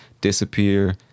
disappear